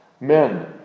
men